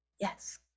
yes